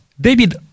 David